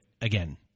again